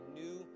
new